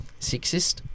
Sexist